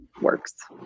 works